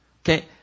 Okay